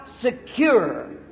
secure